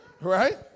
Right